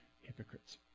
hypocrites